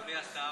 אדוני השר,